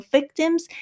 Victims